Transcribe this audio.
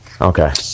okay